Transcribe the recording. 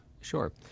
Sure